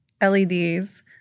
LEDs